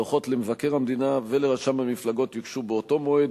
הדוחות למבקר המדינה ולרשם המפלגות יוגשו באותו מועד,